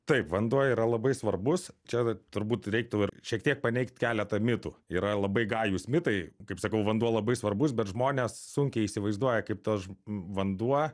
taip vanduo yra labai svarbus čia turbūt reiktų šiek tiek paneigt keletą mitų yra labai gajūs mitai kaip sakau vanduo labai svarbus bet žmonės sunkiai įsivaizduoja kaip tas vanduo